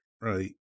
Right